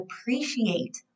appreciate